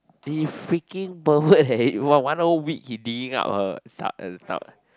they freaking pervert eh for one whole week he digging up her eh the